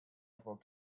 emerald